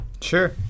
Sure